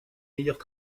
meilleurs